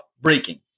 breaking